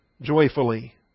joyfully